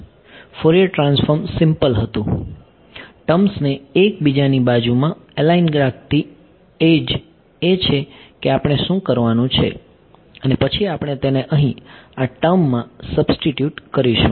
Fourier transform simple હતું ટર્મ્સને એકબીજાની બાજુમાં એલાઈન રાખતી એડજ એ છે કે આપણે શું કરવાનું છે અને પછી આપણે તેને અહીં આ ટર્મમાં સબ્સ્ટીટ્યુટ કરીશું